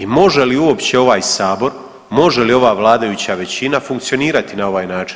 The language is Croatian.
I može li uopće ovaj Sabor, može li ova vladajuća većina funkcionirati na ovaj način?